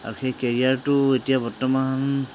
আৰু সেই কেৰিয়াৰটো এতিয়া বৰ্তমান